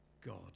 God